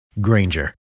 Granger